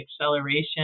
acceleration